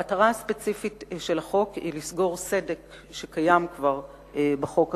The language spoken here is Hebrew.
המטרה הספציפית של החוק היא לסגור סדק בחוק הקיים.